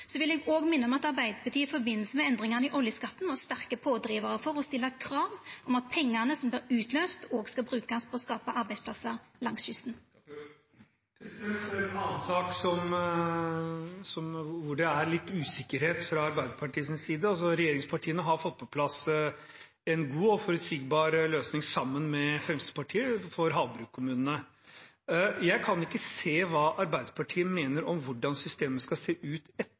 Så vil òg minna om at Arbeidarpartiet i forbindelse med endringane i oljeskatten var sterke pådrivarar for å stilla krav om at pengane som vart utløyste, òg skal brukast på å skapa arbeidsplassar langs kysten. En annen sak der det er litt usikkerhet fra Arbeiderpartiets side: Regjeringspartiene har fått på plass en god og forutsigbar løsning sammen med Fremskrittspartiet for havbrukskommunene. Jeg kan ikke se hva Arbeiderpartiet mener om hvordan systemet skal se ut